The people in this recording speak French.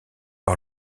par